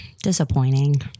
Disappointing